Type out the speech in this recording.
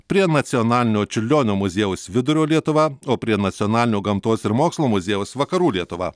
prie nacionalinio čiurlionio muziejaus vidurio lietuva o prie nacionalinio gamtos ir mokslo muziejaus vakarų lietuva